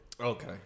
Okay